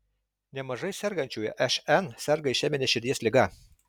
nemažai sergančiųjų šn serga išemine širdies liga